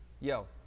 yo